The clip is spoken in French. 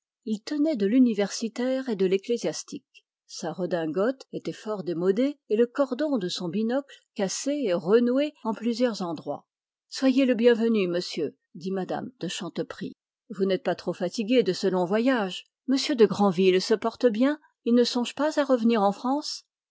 il tenait de l'universitaire et de l'ecclésiastique sa redingote était fort démodée et le cordon de son binocle cassé et renoué en plusieurs endroits soyez le bienvenu monsieur dit m me de chanteprie vous n'êtes pas trop fatigué de ce long voyage m de grandville se porte bien il ne songe pas à revenir en france